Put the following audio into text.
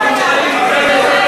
אין בעיה,